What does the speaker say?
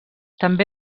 també